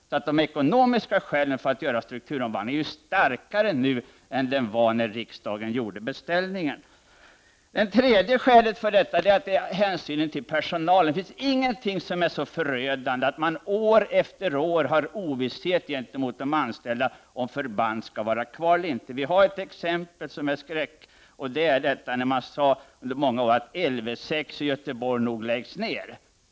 Således är de ekonomiska skälen för att genomföra en strukturomvandling starkare nu än vid den tidpunkt då riksdagen gjorde beställningen. Ett tredje skäl är hänsynen till personalen. Det finns ingenting som är så förödande som att de anställda år efter år lever i ovisshet om förband skall vara kvar eller inte. Ett skräckexempel är när man under många år sade att det eventuellt var aktuellt med en nedläggning av LV 6 i Göteborg.